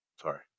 sorry